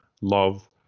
love